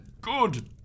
good